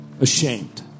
ashamed